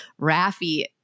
Rafi